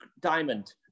Diamond